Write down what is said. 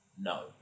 No